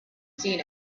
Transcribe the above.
seen